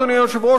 אדוני היושב-ראש,